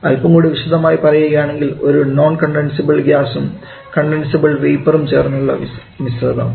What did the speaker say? അല്പം കൂടി വിശദമായി പറയുകയാണെങ്കിൽ ഒരു നോൺ കണ്ടൻസ്ബിൾ ഗ്യാസും കണ്ടൻസ്ബിൾ വേപ്പറും ചേർന്ന മിശ്രിതം